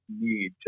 need